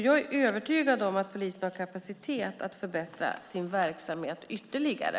Jag är övertygad om att polisen har kapacitet att förbättra verksamheten ytterligare.